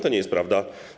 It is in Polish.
To nie jest prawda.